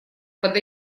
под